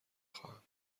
خواهم